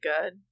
good